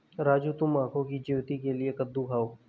राजू तुम आंखों की ज्योति के लिए कद्दू खाओ